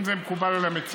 אם זה מקובל על המציע,